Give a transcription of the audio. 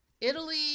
italy